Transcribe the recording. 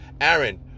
Aaron